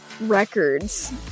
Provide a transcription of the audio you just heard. records